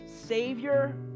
Savior